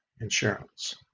insurance